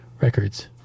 Records